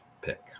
pick